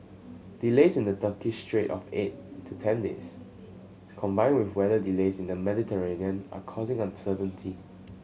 delays in the Turkish strait of eight to ten days combined with weather delays in the Mediterranean are causing uncertainty